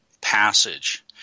passage